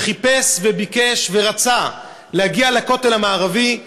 שחיפש וביקש ורצה להגיע לכותל המערבי,